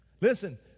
Listen